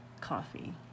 coffee